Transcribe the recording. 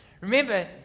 Remember